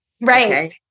Right